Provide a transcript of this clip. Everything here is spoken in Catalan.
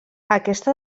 aquesta